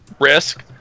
risk